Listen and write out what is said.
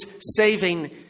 saving